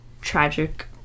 tragic